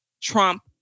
trump